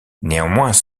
néanmoins